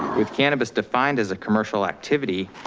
with cannabis defined as a commercial activity,